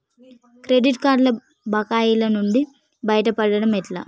Credit కార్డుల బకాయిల నుండి బయటపడటం ఎట్లా?